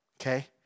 okay